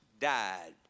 died